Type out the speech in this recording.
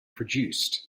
produced